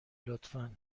لطفا